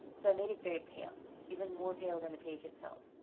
so i made it very pale even more pale than the page itself.